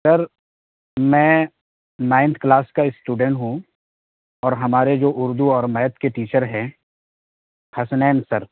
سر میں ninth class کا student ہوں اور ہمارے جو اردو اور میتھ کے ٹیچر ہیں حسنین سر